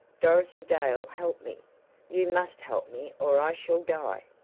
dorothy dale help me you must help me or i shall die,